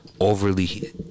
overly